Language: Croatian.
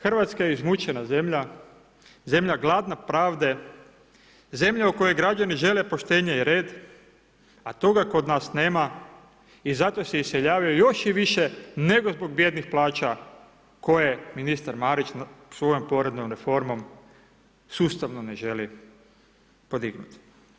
Hrvatska je izmučena zemlja, zemlja gladna pravde, zemlja u kojoj građani žele poštenje i red, a toga kod nas nema i zato se iseljavaju još i više nego zbog bijednih plaća koje ministar Marić svojom poreznom reformom sustavno ne želi podignut.